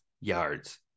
yards